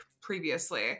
previously